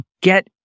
get